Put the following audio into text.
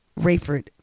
Rayford